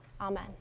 Amen